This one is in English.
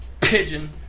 pigeon